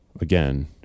again